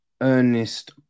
Ernest